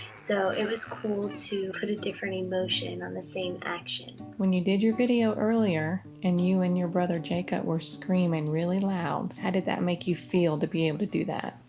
so it was cool to put a different emotion on the same action. mom when you did your video earlier, and you and your brother jacob were screaming really loud, how did that make you feel to be able to do that?